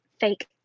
fake